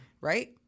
right